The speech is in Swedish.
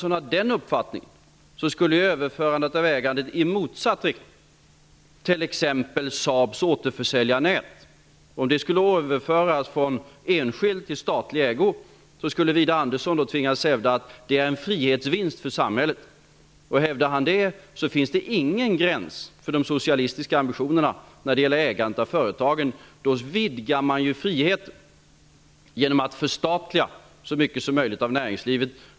Om t.ex. Saabs återförsäljarnät skulle överföras från enskild till statlig ägo skulle Widar Andersson tvingas hävda att det är en frihetsvinst för samhället. Om han hävdar det finns det ingen gräns för de socialistiska ambitionerna när det gäller ägandet av företagen. Då vidgar man ju friheten genom att förstatliga så mycket som möjligt av näringslivet.